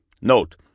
Note